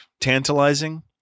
tantalizing